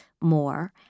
more